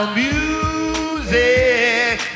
music